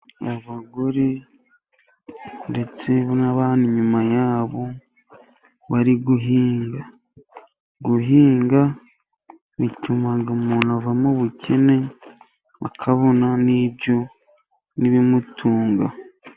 Abagore ndetse n'abantu inyuma yabo bari guhinga. Guhinga bituma umuntu ava mu bukene akabona n'ibyo n'ibimutunga.